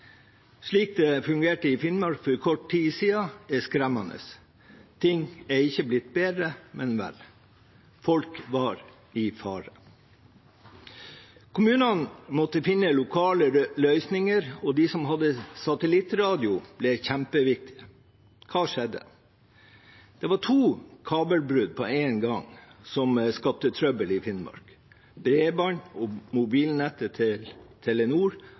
Slik det fungerte i Finnmark for kort tid siden, er skremmende. Ting er ikke blitt bedre, men verre. Folk var i fare. Kommunene måtte finne lokale løsninger, og de som hadde satellittradio, ble kjempeviktige. Hva skjedde? Det var to kabelbrudd på en gang som skapte trøbbel i Finnmark. Bredbåndet og mobilnettet til Telenor